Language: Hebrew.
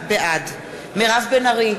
בעד מירב בן ארי,